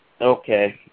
Okay